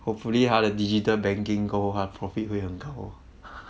hopefully 它的 digital banking go 他的 profit 会很高